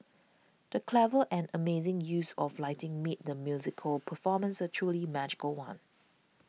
the clever and amazing use of lighting made the musical performance a truly magical one